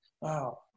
Wow